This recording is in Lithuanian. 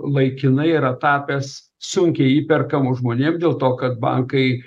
laikinai yra tapęs sunkiai įperkamu žmonėm dėl to kad bankai